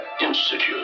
Institute